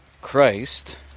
Christ